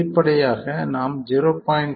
வெளிப்படையாக நாம் 0